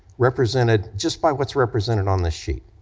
represented just by what's represented on this sheet,